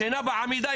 לשינה בעמידה,